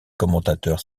commentateurs